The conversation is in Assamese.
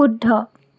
শুদ্ধ